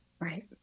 Right